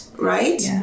Right